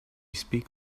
speak